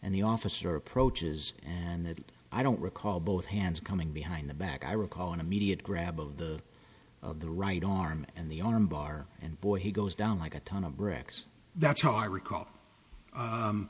and the officer approaches and that i don't recall both hands coming behind the back i recall an immediate grab of the of the right on arm and the arm bar and boy he goes down like a ton of bricks that's how i recall